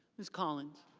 ms. collins.